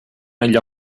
negli